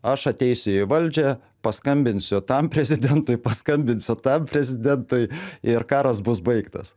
aš ateisiu į valdžią paskambinsiu tam prezidentui paskambinsiu tam prezidentui ir karas bus baigtas